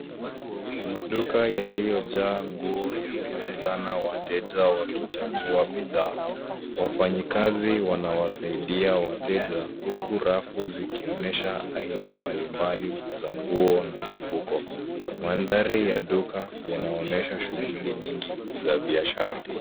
Maduka yaliyojaa nguo yamejazana wateja wakichagua bidhaa. Wafanyikazi wanawasaidia wateja, huku rafu zikionesha aina mbali mbali za nguo na mifuko. Mandhari ya duka yanaonyesha shughuli nyingi za biashara.